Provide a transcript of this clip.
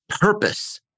purpose